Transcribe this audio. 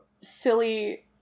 silly